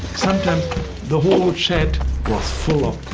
sometimes the whole shed was full of